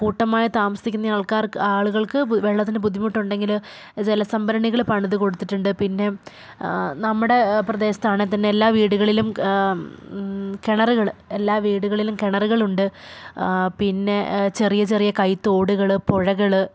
കൂട്ടമായി താമസിക്കുന്ന ആൾക്കാർ ആളുകൾക്ക് വെള്ളത്തിന് ബുദ്ധിമുട്ടുണ്ടെങ്കിൽ ജലസംഭരണികൾ പണിതു കൊടുത്തിട്ടുണ്ട് പിന്നെ നമ്മുടെ പ്രദേശത്താണെങ്കിൽ തന്നെ എല്ലാ വീടുകളിലും കിണറുകൾ എല്ലാ വീടുകളിലും കിണറുകളുകൾ ഉണ്ട് പിന്നെ ചെറിയ ചെറിയ കൈത്തോടുകൾ പുഴകൾ